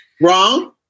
Wrong